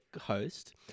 host